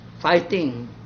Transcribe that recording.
fighting